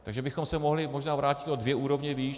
Takže bychom se mohli možná vrátit o dvě úrovně výš.